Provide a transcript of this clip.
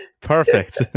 Perfect